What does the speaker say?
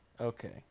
Okay